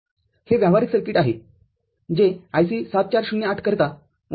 हे व्यावहारिक सर्किटआहे जे IC ७४०८ करिता वापरात आहे